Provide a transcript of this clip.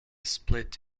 split